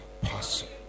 possible